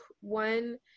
one